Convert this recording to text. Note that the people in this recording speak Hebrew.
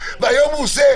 והיום הוא עושה